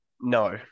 no